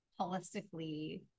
holistically